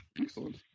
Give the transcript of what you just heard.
Excellent